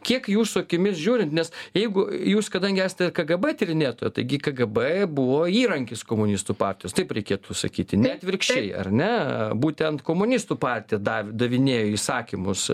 kiek jūsų akimis žiūrint nes jeigu jūs kadangi esate kgb tyrinėtoja taigi kgb buvo įrankis komunistų partijos taip reikėtų sakyti ne atvirkščiai ar ne būtent komunistų partija dav davinėjo įsakymus